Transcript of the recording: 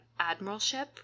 Admiralship